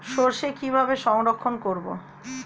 সরষে কিভাবে সংরক্ষণ করব?